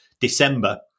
December